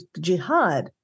jihad